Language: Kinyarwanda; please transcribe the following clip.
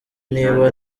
niba